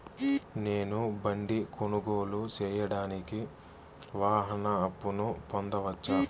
నేను బండి కొనుగోలు సేయడానికి వాహన అప్పును పొందవచ్చా?